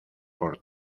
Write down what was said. por